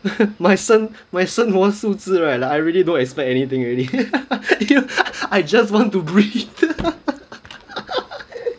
my 生 my 生活素质 right like I really don't expect anything already I just wanted to breathe